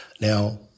Now